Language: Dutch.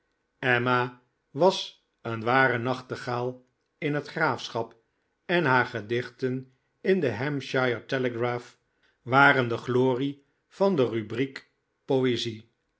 emma was een ware nachtegaal in het graafschap en haar gedichten in de hampshire telegraph waren de glorie van de rubriek poezie